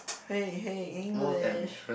hey hey English